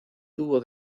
tubo